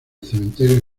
cementerio